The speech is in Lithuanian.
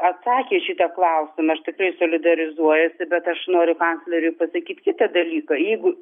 atsakė į šitą klausimą aš tikrai solidarizuojusi bet aš noriu kancleriui pasakyt kitą dalyką jeigu